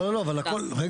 לא, לא, אבל הכל, רגע.